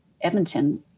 Edmonton